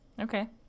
okay